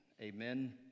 amen